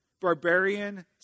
barbarian